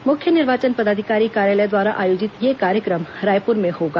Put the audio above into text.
मुख्य निर्वाचन पदाधिकारी कार्यालय द्वारा आयोजित यह कार्यक्रम रायपुर में होगा